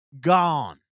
Gone